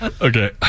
Okay